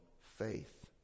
faith